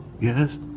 Yes